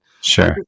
Sure